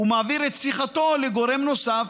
ומעביר את שיחתו לגורם נוסף,